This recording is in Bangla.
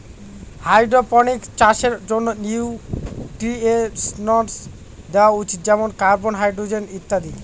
হাইড্রপনিক্স চাষের জন্য নিউট্রিয়েন্টস দেওয়া উচিত যেমন কার্বন, হাইড্রজেন ইত্যাদি